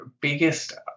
Biggest